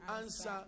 answer